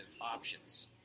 options